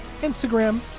Instagram